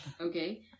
Okay